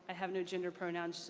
i have no gender pronouns.